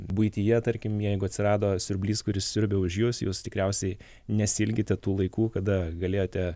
buityje tarkim jeigu atsirado siurblys kuris siurbia už jus jūs tikriausiai nesiilgite tų laikų kada galėjote